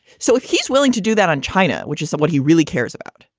so if he's willing to do that on china, which is so what he really cares about.